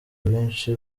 rwinshi